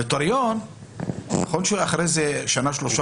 נוטריון --- הוא גם לא יכול לחתום.